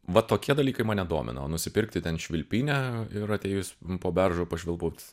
va tokie dalykai mane domina o nusipirkti ten švilpynę ir atėjus po beržu pašvilpaut